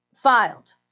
filed